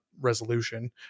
resolution